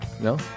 No